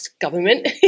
government